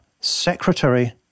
secretary